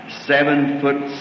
seven-foot